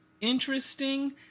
interesting